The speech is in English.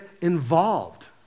involved